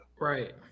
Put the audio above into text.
Right